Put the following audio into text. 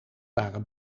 waren